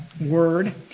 Word